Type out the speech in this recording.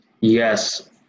Yes